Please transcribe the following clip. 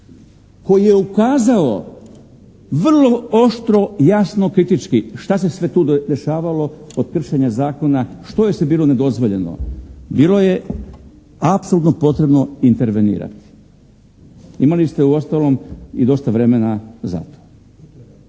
koji je ukazao vrlo oštro i jasno kritički šta se sve tu dešavalo, od kršenja zakona, što je sve bilo nedozvoljeno. Bilo je apsolutno potrebno intervenirati. Imali ste uostalom i dosta vremena za to.